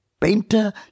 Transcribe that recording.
painter